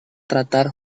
tratar